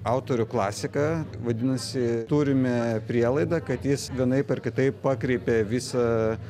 autorių klasiką vadinasi turime prielaidą kad jis vienaip ar kitaip pakreipė visą